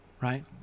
Right